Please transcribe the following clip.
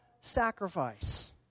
sacrifice